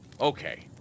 okay